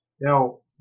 Now